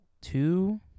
two